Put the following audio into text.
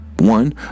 One